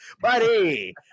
Buddy